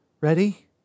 Ready